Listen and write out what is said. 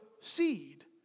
seed